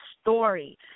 story